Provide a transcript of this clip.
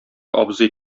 абзый